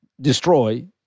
destroy